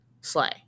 slay